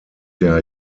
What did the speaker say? der